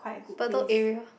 Bedok area